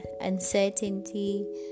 uncertainty